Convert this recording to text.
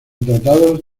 tratados